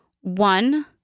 one